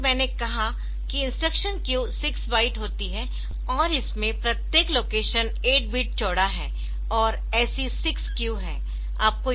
जैसा कि मैंने कहा कि इंस्ट्रक्शन क्यू 6 बाइट होती है और इसमें प्रत्येक लोकेशन 8 बिट चौड़ा है और ऐसी 6 क्यू है